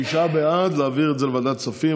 תשעה בעד להעביר את זה לוועדת הכספים,